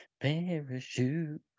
parachute